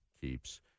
keeps